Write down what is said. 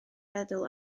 feddwl